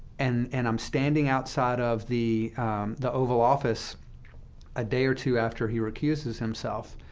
and and i'm standing outside of the the oval office a day or two after he recuses himself,